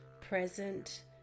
present